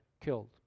killed